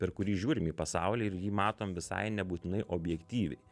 per kurį žiūrim į pasaulį ir jį matom visai nebūtinai objektyviai